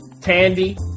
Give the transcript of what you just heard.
Tandy